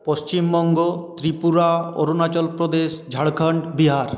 Paschimbanga Tripura Arunachal Pradesh Jharkhand Bihar